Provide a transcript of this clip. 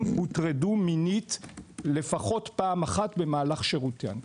הוטרדו מינית לפחות פעם אחת במהלך שירותם.